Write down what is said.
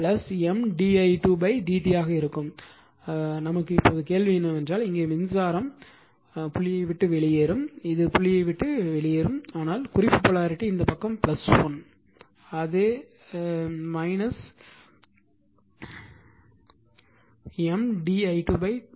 அது M di2dt ஆக இருக்கும் ஆனால் கேள்வி என்னவென்றால் இங்கே மின்சாரம் மின்சாரம் புள்ளியை விட்டு வெளியேறும் இது புள்ளியை விட்டு வெளியேறுகிறது ஆனால் குறிப்பு போலாரிட்டி இந்த பக்கம் 1 எனவே அது M di2 dt